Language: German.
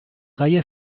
reihe